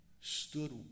stood